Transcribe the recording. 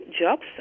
jobs